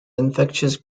infectious